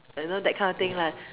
like you know that kind of thing lah